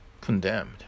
condemned